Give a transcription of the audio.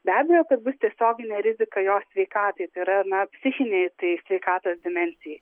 be abejo kad bus tiesioginė rizika jo sveikatai tai yra na psichinei tai sveikatos dimensijai